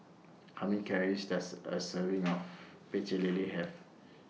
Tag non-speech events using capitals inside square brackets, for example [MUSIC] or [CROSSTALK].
How Many Calories Does A Serving [NOISE] of Pecel Lele Have